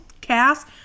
cast